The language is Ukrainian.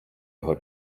його